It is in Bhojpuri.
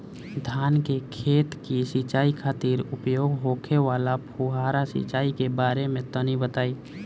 धान के खेत की सिंचाई खातिर उपयोग होखे वाला फुहारा सिंचाई के बारे में तनि बताई?